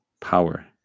power